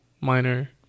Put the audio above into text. minor